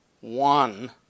one